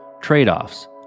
trade-offs